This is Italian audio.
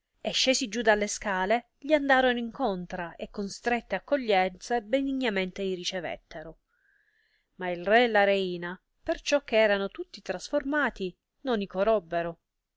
e scesi giù delle scale gli andorono incontra e con strette accoglienze benignamente i ricevettero ma il re e la reina perciò che erano tutti trasformati non